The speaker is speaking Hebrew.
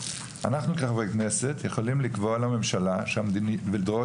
כחברי כנסת אנחנו יכולים לקבוע לממשלה ולדרוש